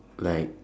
like